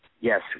yes